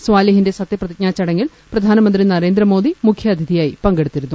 സോളിഹിന്റെ സത്യപ്രതിജ്ഞാ ചടങ്ങിൽ പ്രധാനമന്ത്രി നരേന്ദ്രമോദി മുഖ്യ അതിഥിയായി പങ്കെടുത്തിരുന്നു